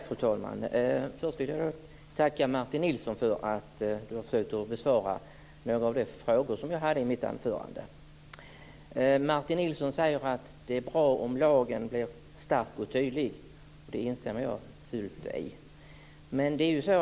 Fru talman! Först vill jag tacka Martin Nilsson för att han har besvarat några av de frågor som jag hade i mitt anförande. Martin Nilsson säger att det är bra om lagen blir stark och tydlig, och det instämmer jag i till fullo.